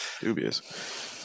dubious